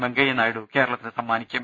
വെങ്കയ്യ നായിഡു കേരളത്തിന് സമ്മാനിക്കും